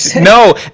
No